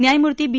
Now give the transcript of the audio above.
न्यायमूर्ती बी